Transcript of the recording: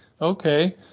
okay